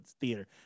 theater